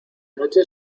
noche